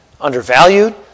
undervalued